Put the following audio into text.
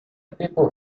people